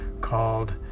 called